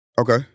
Okay